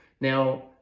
Now